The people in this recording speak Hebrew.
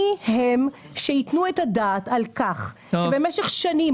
מי הם שייתנו את הדעת על כך שמשך שנים